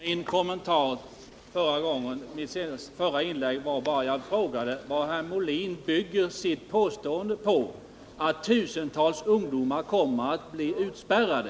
Herr talman! Min kommentar i det förra inlägget var bara att jag frågade vad herr Molin bygger sitt påstående på om att tusentals ungdomar kommer att bli utspärrade.